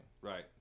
Right